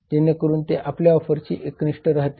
जेणेकरून ते आपल्या ऑफर्सशी एकनिष्ठ राहतील